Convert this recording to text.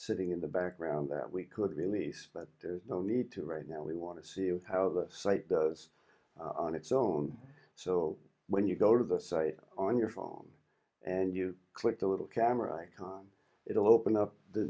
sitting in the background that we could release but there's no need to right now we want to see how the site those on its own so when you go to the site on your phone and you click the little camera it will open up the